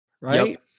right